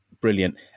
brilliant